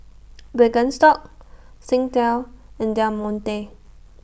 Birkenstock Singtel and Del Monte